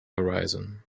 horizon